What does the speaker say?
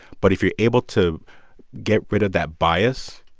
but if you're able to get rid of that bias,